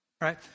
Right